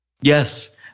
Yes